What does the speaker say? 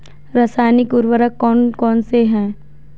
रासायनिक उर्वरक कौन कौनसे हैं?